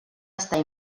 estar